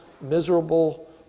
miserable